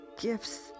gifts